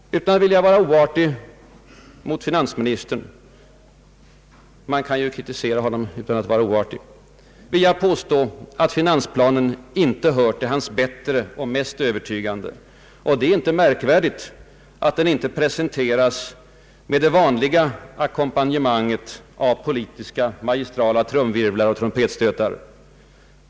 Utan att vilja vara oartig mot finansministern — man kan ju kritisera honom utan att vara oartig — vill jag påstå att finansplanen inte hör till hans bättre och mest övertygande. Det är inte märkvärdigt att den presenteras utan det vanliga ackompanjemanget av politiska magistrala trumvirvlar och trumpetstötar.